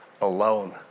alone